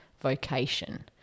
vocation